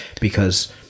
Because-